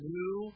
New